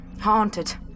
haunted